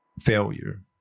failure